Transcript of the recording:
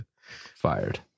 fired